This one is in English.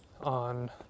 on